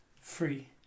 free